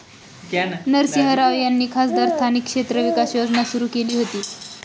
नरसिंह राव यांनी खासदार स्थानिक क्षेत्र विकास योजना सुरू केली होती